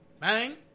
Bang